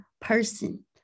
person